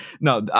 no